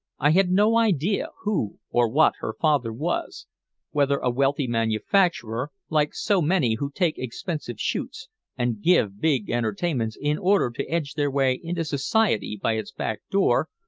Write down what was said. i had no idea who or what her father was whether a wealthy manufacturer, like so many who take expensive shoots and give big entertainments in order to edge their way into society by its back door,